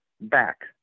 back